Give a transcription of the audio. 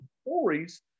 stories